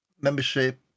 membership